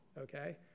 okay